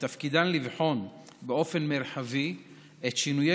שתפקידיהן לבחון באופן מרחבי את שינויי